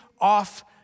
off